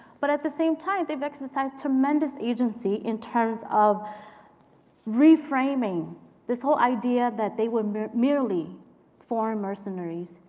but at the same time they've exercised tremendous agency in terms of reframing this whole idea that they were merely foreign mercenaries,